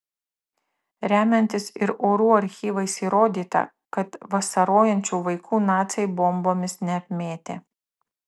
remiantis ir orų archyvais įrodyta kad vasarojančių vaikų naciai bombomis neapmėtė